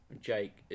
Jake